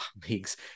colleagues